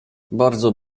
bardzo